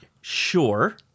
sure